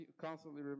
constantly